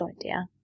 idea